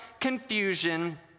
confusion